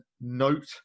note